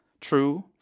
True